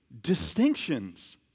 distinctions